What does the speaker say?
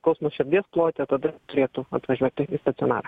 skausmas širdies plote tada turėtų atvažiuoti į stacionarą